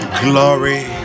glory